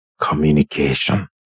communication